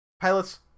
Pilots